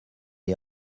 les